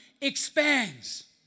expands